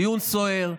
דיון סוער,